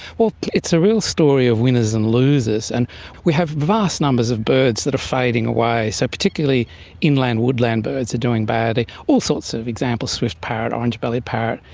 well, it's a real story of winners and losers, and we have vast numbers of birds that are fading away. so particularly inland woodland birds are doing badly, all sorts of examples, swift parrot, orange-bellied parrot.